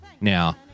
Now